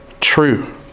true